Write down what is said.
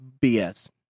BS